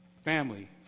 family